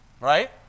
Right